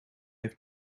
have